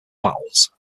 battles